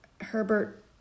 Herbert